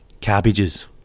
Cabbages